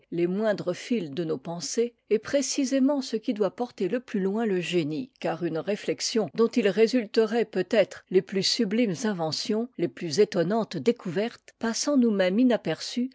les moindres fils de nos pensées est précisément ce qui doit porter le plus loin le génie car une réflexion dont il résulterait peutêtre les plus sublimes inventions les plus étonnantes découvertes passe en nous-mêmes inaperçue